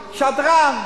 שדרן,